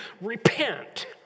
repent